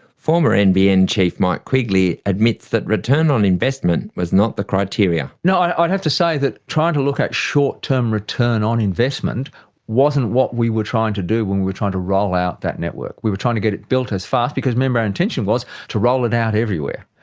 former nbn chief mike quigley admits that return on investment was not the criteria. no, i'd have to say that trying to look at short-term return on investment wasn't what we were trying to do when we were trying to roll out that network. we were trying to get it built as fast, because remember our intention was to roll it out everywhere.